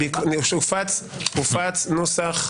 הופץ נוסח,